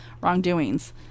wrongdoings